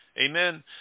Amen